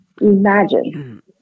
Imagine